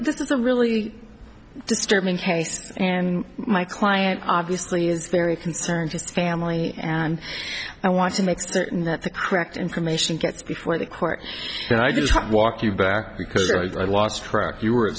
this is a really disturbing case and my client obviously is very concerned his family and i want to make certain that the correct information gets before the court and i just can't walk you back because i lost track you were